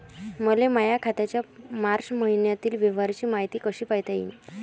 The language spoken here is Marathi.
मले माया खात्याच्या मार्च मईन्यातील व्यवहाराची मायती कशी पायता येईन?